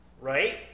Right